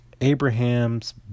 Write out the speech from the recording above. Abraham's